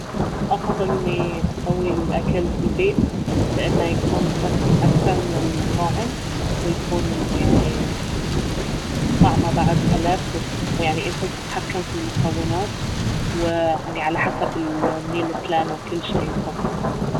افضل اني اسوي الاكل في البيت لانه يكون صحي اكثر من المطاعم ويكون يعني طعمه بعد ألذ ويعني انت الي تتحكم في المكونات يعني على حسب الميل بلان وكل شي يخصك